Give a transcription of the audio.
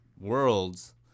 worlds